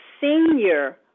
senior